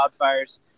wildfires